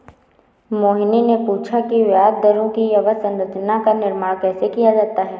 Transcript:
मोहिनी ने पूछा कि ब्याज दरों की अवधि संरचना का निर्माण कैसे किया जाता है?